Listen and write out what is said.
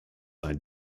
ein